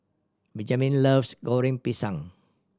Benjamin loves Goreng Pisang